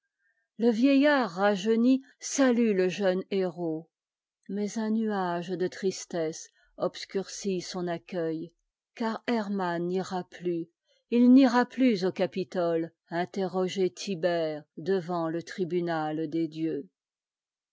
le vieillard rajeuni salue le jeune héros mais un nuage de tristesse obscurcit son a accueil car hermann n'ira plus il n'ira'plus au capitolë interroger tibère devant le tribunal des dieux